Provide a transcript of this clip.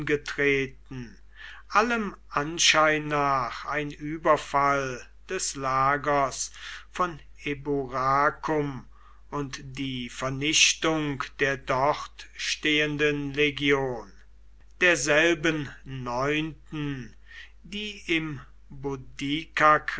allem anschein nach ein überfall des lagers von eburacum und die vernichtung der dort stehenden legion derselben neunten die im